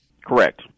Correct